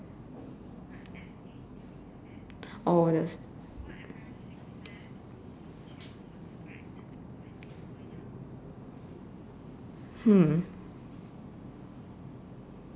oh the hmm